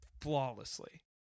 flawlessly